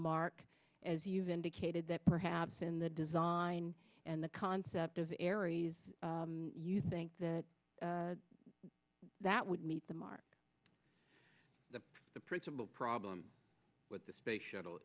mark as you've indicated that perhaps in the design and the concept of the aries you think that that would meet the mark the the principal problem with the space shuttle